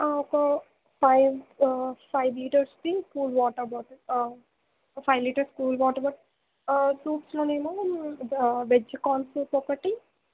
ఒక five five litres cool water bottle ఒక five litres cool water bottle సూప్స్లో ఏమో ద వెజ్ కార్న్ సూప్ ఒకటి